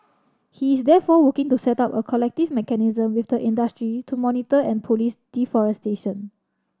he is therefore working to set up a collective mechanism with the industry to monitor and police deforestation